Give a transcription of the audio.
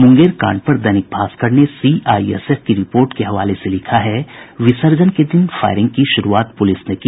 मुंगेर कांड पर दैनिक भास्कर ने सीआईएसएफ की रिपोर्ट के हवाले से लिखा है विर्सजन के दिन फायरिंग की शुरूआत पुलिस ने की